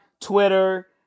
Twitter